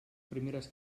primeres